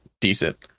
decent